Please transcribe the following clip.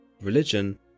religion